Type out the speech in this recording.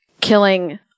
killing